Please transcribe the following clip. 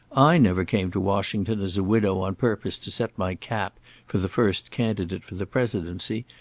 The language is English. i never came to washington as a widow on purpose to set my cap for the first candidate for the presidency,